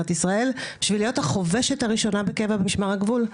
ישראל בשביל להיות החובשת הראשונה בקבע במשמר הגבול,